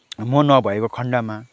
म नभएको खन्डमा